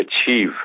achieve